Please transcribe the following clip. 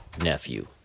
nephew